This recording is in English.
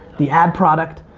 the ad product.